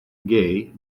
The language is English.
gay